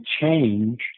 change